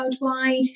worldwide